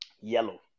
Yellow